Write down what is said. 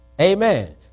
Amen